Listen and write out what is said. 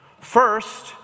First